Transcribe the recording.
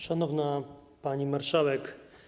Szanowna Pani Marszałek!